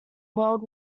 world